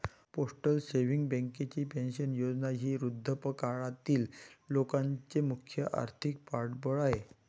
postal savings बँकेची pension योजना ही वृद्धापकाळातील लोकांचे मुख्य आर्थिक पाठबळ आहे